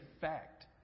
fact